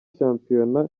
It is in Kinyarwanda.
shampiyona